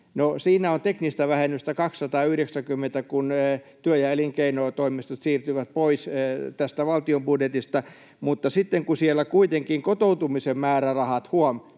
siinä on teknistä vähennystä 290, kun työ- ja elinkeinotoimistot siirtyvät pois tästä valtion budjetista, mutta sitten kun siellä kuitenkin kotoutumisen määrärahat — huom.